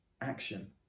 action